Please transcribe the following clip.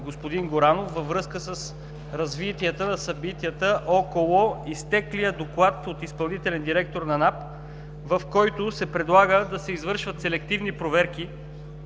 господин Горанов. Във връзка с развитието на събитията около изтеклия доклад от изпълнителен директор на НАП, в който се предлага да се извършат селективни проверки